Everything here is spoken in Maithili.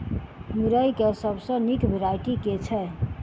मुरई केँ सबसँ निक वैरायटी केँ छै?